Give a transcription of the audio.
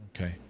okay